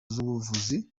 z’ubuvuzi